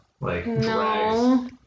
No